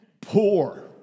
poor